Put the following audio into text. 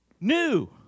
new